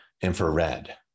infrared